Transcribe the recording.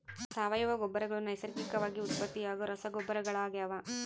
ಸಾವಯವ ಗೊಬ್ಬರಗಳು ನೈಸರ್ಗಿಕವಾಗಿ ಉತ್ಪತ್ತಿಯಾಗೋ ರಸಗೊಬ್ಬರಗಳಾಗ್ಯವ